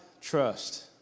trust